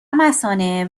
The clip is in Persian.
مثانه